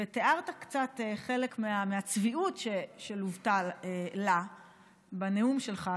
ותיארת קצת חלק מהצביעות שהתלוותה לה בנאום שלך,